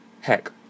Heck